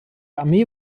armee